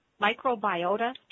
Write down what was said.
Microbiota